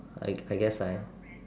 I I guess I